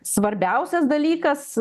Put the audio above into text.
svarbiausias dalykas